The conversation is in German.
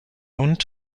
und